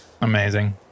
amazing